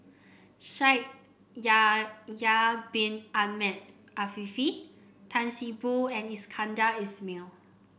Shaikh Yahya Bin Ahmed Afifi Tan See Boo and Iskandar Ismail